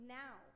now